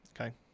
Okay